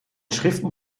schriften